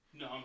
No